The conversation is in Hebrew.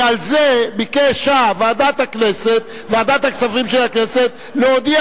ועל זה ביקשה ועדת הכספים של הכנסת להודיע,